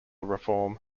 reform